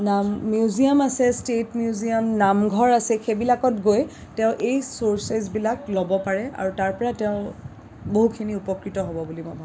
museum আছে state museum নামঘৰ আছে সেইবিলাকত গৈ তেওঁ এই চৰ্চেছবিলাক ল'ব পাৰে আৰু তাৰপৰা তেওঁ বহুখিনি উপকৃত হ'ব বুলি ভাৱো